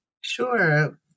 Sure